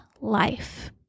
life